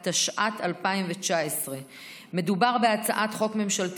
התשע"ט 2019. מדובר בהצעת חוק ממשלתית